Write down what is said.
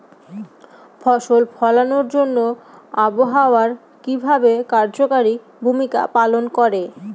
ফসল ফলানোর জন্য আবহাওয়া কিভাবে কার্যকরী ভূমিকা পালন করে?